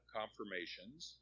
confirmations